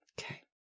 Okay